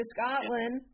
Scotland